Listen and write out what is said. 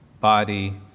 body